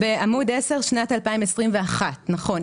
בעמוד עשר, שנת 2021. נכון.